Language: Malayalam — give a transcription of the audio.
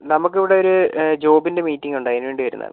നമുക്ക് ഇവിടെ ഒരു ജോബിൻ്റെ മീറ്റിംഗ് ഉണ്ട് അതിന് വേണ്ടി വരുന്നതാണ്